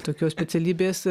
tokios specialybės